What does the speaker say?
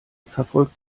verfolgt